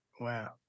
wow